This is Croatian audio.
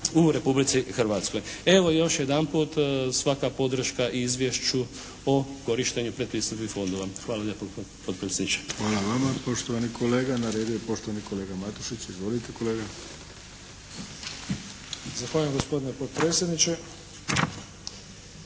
u Republici Hrvatskoj. Evo još jedanput svaka podrška izvješću o korištenju predpristupnih fondova. Hvala lijepo potpredsjedniče. **Arlović, Mato (SDP)** Hvala vama poštovani kolega. Na redu je poštovani kolega Matušić. Izvolite kolega. **Matušić, Frano (HDZ)** Zahvaljujem gospodine potpredsjedniče.